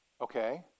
Okay